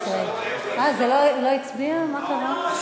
14. זה לא הצביע, מה קרה?